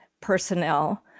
personnel